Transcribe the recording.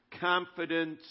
confidence